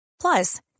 Plus